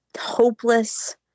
hopeless